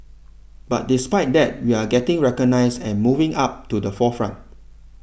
but despite that we are getting recognised and moving up to the forefront